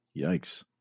Yikes